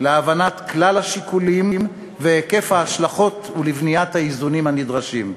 להבנת כלל השיקולים והיקף ההשלכות ולבניית האיזונים הנדרשים.